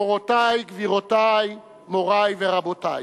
מורותי, גבירותי, מורי ורבותי.